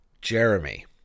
Jeremy